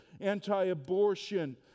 anti-abortion